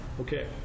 okay